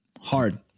hard